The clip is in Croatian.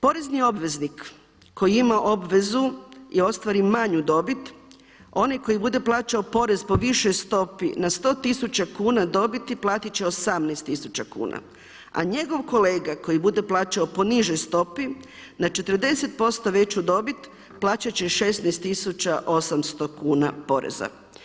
Porezni obveznik koji ima obvezu i ostvari manju dobit onaj koji bude plaćao porez po višoj stopi na 100 tisuća kuna dobiti platit će 18 tisuća kuna, a njegov kolega koji bude plaćao po nižoj stopi na 40% veću dobit plaćat će 16 tisuća 800 kuna poreza.